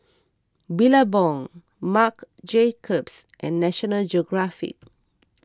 Billabong Marc Jacobs and National Geographic